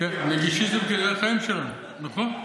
כן, נגישיזם זה החיים שלנו, נכון.